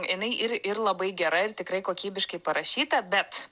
jinai ir ir labai gera ir tikrai kokybiškai parašyta bet